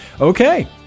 Okay